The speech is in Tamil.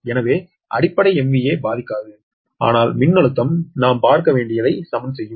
எனவே அடிப்படை MVA பாதிக்காது ஆனால் மின்னழுத்தம் நாம் பார்க்க வேண்டியதை சமன் செய்யும்